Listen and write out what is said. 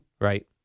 right